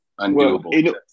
Undoable